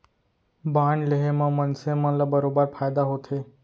bond लेहे म मनसे मन ल बरोबर फायदा होथे